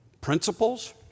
principles